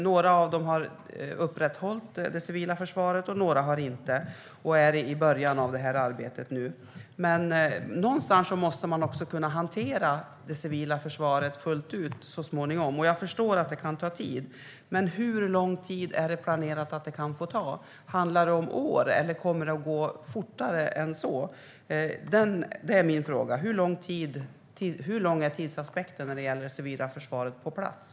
Några av dem har upprätthållit det civila försvaret, och några har inte gjort det och är nu i början av detta arbete. Men någonstans måste man också kunna hantera det civila försvaret fullt ut så småningom, och jag förstår att det kan ta tid. Men hur lång tid är det planerat att det kan få ta? Handlar det om år, eller kommer det att gå fortare än så? Min fråga gäller alltså tidsaspekten och hur lång tid det kommer att ta att få det civila försvaret på plats.